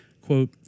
Quote